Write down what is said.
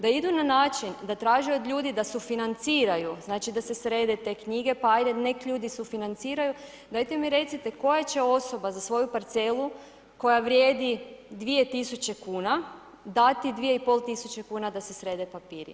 Da idu na način da traže od ljudi da sufinanciraju, znači da se srede te knjige, pa ajde, nek ljudi sufinanciraju, dajte mi recite koja će osoba za svoju parcelu koja vrijedi 2000 kuna dati 2,5 tisuće kuna da se srede papiri?